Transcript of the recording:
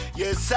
yes